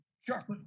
Sure